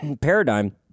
paradigm